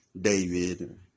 David